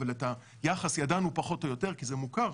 אבל את היחס ידענו פחות או יותר כי זה מוכר,